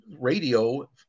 radio